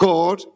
God